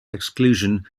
exclusion